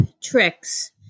tricks